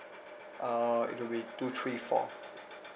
uh it will be two three four